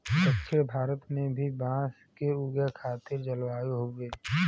दक्षिण भारत में भी बांस के उगे खातिर जलवायु हउवे